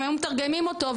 היו מתרגמים אותו,